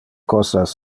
cosas